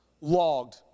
logged